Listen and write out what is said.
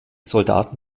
soldaten